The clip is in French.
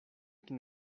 qui